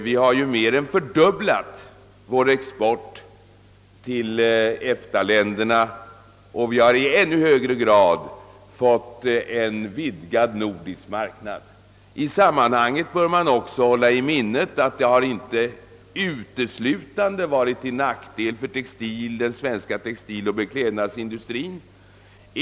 Vi har mer än fördubblat vår export till EFTA-länderna, och vi har i högre grad fått en vidgad nordisk marknad. I sammanhanget bör man också hålla i minnet att detta inte uteslutande har varit till nackdel för den svenska textiloch beklädnadsindustrien.